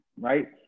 right